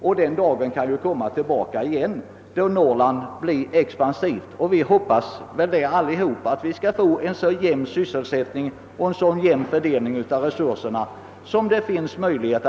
Och den dagen kan ju komma tillbaka då Norrland blir expansivt, och vi hoppas väl alla att vi skall få en så jämn sysselsättning och fördelning av resurserna som möjligt.